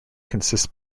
consists